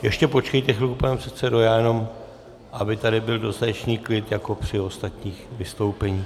Ještě počkejte chvilku, pane předsedo, já jenom aby tady byl dostatečný klid jako při ostatních vystoupeních.